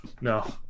no